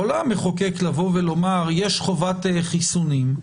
המחוקק לבוא ולומר: יש חובת חיסונים,